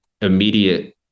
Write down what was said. immediate